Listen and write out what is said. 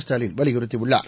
ஸ்டாலின் வலியுறுத்தியுள்ளார்